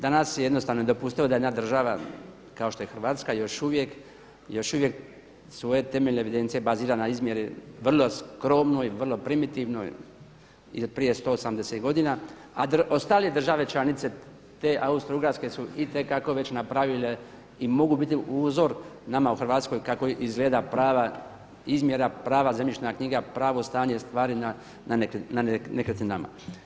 Danas je jednostavno nedopustivo da jedna država kao što je Hrvatska još uvijek svoje temeljne evidencije bazira na izmjeri vrlo skromnoj i vrlo primitivnoj od prije 180 godina, a ostale države članice te Austro-Ugarske su i te kako već napravile i mogu biti uzor nama u Hrvatskoj kako izgleda prava izmjera, prava zemljišna knjiga, pravo stanje stvari na nekretninama.